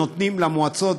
נותנים למועצות,